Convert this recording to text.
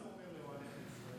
מה זה אומר, "לאהליך ישראל"?